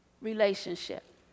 relationship